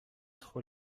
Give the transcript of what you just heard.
trop